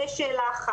זו שאלה אחת.